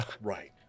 Right